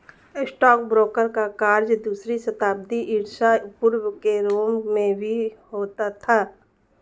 stockbroker का कार्य दूसरी शताब्दी ईसा पूर्व के रोम में भी होता था